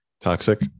toxic